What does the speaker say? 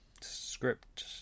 Script